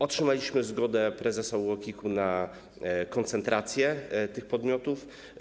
Otrzymaliśmy zgodę prezesa UOKiK na koncentrację tych podmiotów.